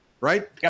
right